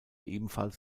ebenfalls